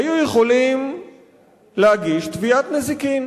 היו יכולים להגיש תביעת נזיקין,